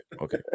okay